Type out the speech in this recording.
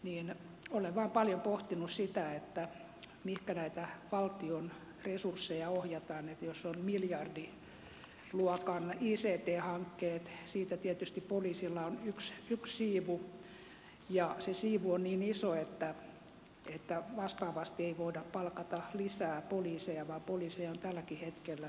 olen vain paljon pohtinut sitä mihinkä näitä valtion resursseja ohjataan jos on miljardiluokan ict hankkeet ja siitä tietysti poliisilla on yksi siivu ja se siivu on niin iso että vastaavasti ei voida palkata lisää poliiseja vaan poliiseja on tälläkin hetkellä työttömänä